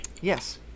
Yes